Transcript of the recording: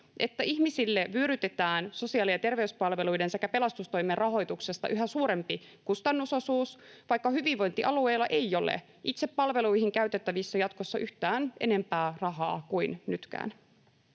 että ihmisille vyörytetään sosiaali- ja terveyspalveluiden sekä pelastustoimen rahoituksesta yhä suurempi kustannusosuus, vaikka hyvinvointialueilla ei ole itsepalveluihin käytettävissä jatkossa yhtään enempää rahaa kuin nytkään.